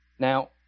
Now